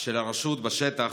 של הרשות בשטח,